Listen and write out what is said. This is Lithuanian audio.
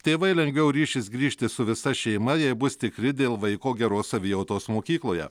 tėvai lengviau ryšis grįžti su visa šeima jei bus tikri dėl vaiko geros savijautos mokykloje